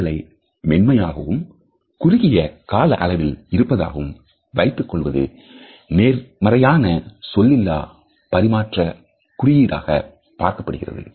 தொடுதலை மென்மையாகவும் குறுகிய கால அளவில் இருப்பதாகவும் வைத்துக் கொள்வது நேர்மறையான சொல்லிலா பரிமாற்ற குறியீடாக பார்க்கப்படுகிறது